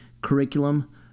curriculum